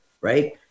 right